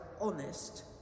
honest